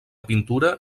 pintura